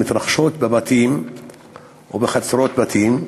מתרחשות בבתים ובחצרות בתים,